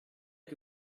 que